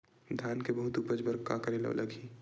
धान के बहुत उपज बर का करेला लगही?